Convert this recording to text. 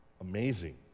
Amazing